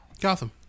Gotham